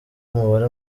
umubare